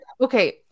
okay